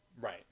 Right